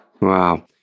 Wow